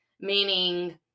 meaning